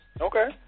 Okay